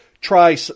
try